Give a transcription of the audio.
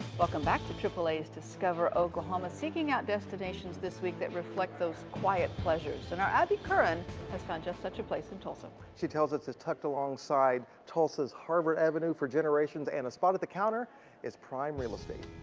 welcome back to triple a's discover oklahoma. seeking out destinations this week that reflect those quiet pleasures. and our abby kurin has found just such a place in tulsa. she tells us it's tucked alongside tulsa's harvard avenue for generations. and a spot at the counter is prime real estate.